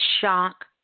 shock